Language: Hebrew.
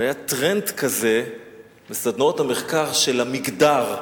והיה טרנד כזה בסדנאות המחקר, של המגדר.